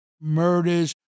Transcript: murders